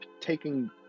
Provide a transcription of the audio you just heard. taking